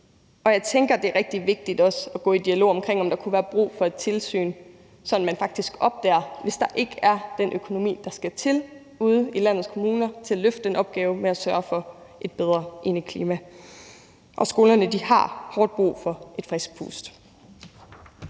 Og jeg tænker, det også er rigtig vigtigt at gå i dialog om, om der kunne være brug for et tilsyn, sådan at man faktisk opdager, hvis der ikke er den økonomi, der skal til, ude i landets kommuner til at løfte den opgave med at sørge for et bedre indeklima. Skolerne har hårdt brug for et frisk pust.